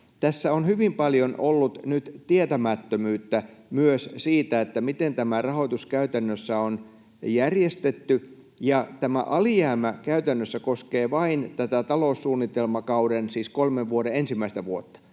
tässä on hyvin paljon ollut nyt tietämättömyyttä myös siitä, miten tämä rahoitus käytännössä on järjestetty. Tämä alijäämä käytännössä koskee vain tätä taloussuunnitelmakauden, siis kolmen vuoden, ensimmäistä vuotta.